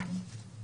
רבתי.